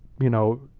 you know,